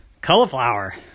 Cauliflower